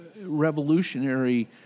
revolutionary